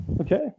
Okay